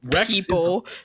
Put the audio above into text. people